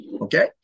okay